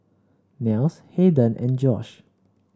Nels Hayden and Josh